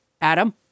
Adam